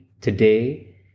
today